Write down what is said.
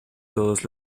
todos